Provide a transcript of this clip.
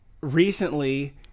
recently